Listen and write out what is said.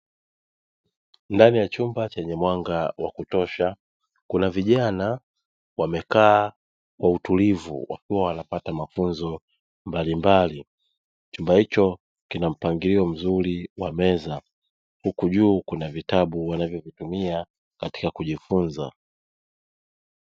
Ndani ya chumba chenye mwanga wa kutosha kuna vijana wamekaa kwa utaulivu wakiwa wanapata mafunzo mbalimbali chumba hicho kinampangilio mzuri wa meza, huku juu kuna vitabu wanavyo vitumia kwajili ya kujifunza.